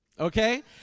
Okay